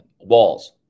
walls